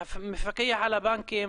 מפקח על הבנקים,